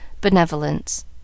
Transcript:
BENEVOLENCE